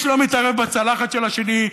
פעם שנייה.